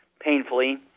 painfully